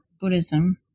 buddhism